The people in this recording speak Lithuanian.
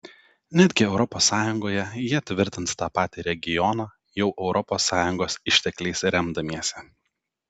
netgi europos sąjungoje jie tvirtins tą patį regioną jau europos sąjungos ištekliais remdamiesi